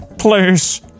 Please